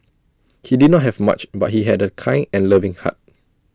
he did not have much but he had A kind and loving heart